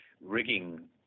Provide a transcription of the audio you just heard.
rigging